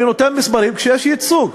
אני נותן מספרים כשיש ייצוג.